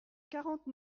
quarante